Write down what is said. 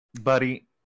buddy